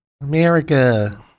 America